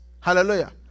Hallelujah